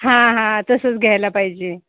हां हां तसंच घ्यायला पाहिजे